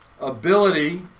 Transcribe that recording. ability